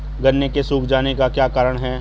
गन्ने के सूख जाने का क्या कारण है?